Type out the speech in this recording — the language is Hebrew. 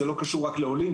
זה לא קשור רק לעולים,